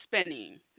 spinning